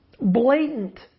Blatant